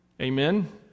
Amen